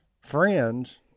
friends